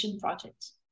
projects